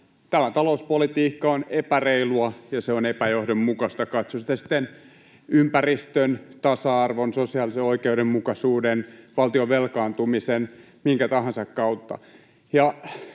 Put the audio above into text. tämä talouspolitiikka on epäreilua, ja se on epäjohdonmukaista, katsoi sitä sitten ympäristön, tasa-arvon, sosiaalisen oikeudenmukaisuuden, valtion velkaantumisen, minkä tahansa kautta.